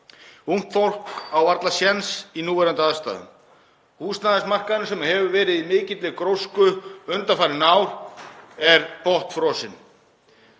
Ungt fólk á varla séns í núverandi aðstæðum. Húsnæðismarkaðurinn sem hefur verið í mikilli grósku undanfarin ár er botnfrosinn.